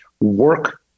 work